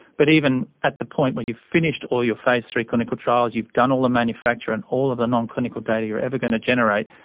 but even at the point where you've finished all your phase three clinical trials, you've done all the manufacture and all of the non-clinical data you're ever going to generate,